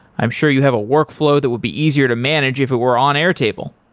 i'm sure you have a workflow that would be easier to manage if it were on airtable.